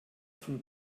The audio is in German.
von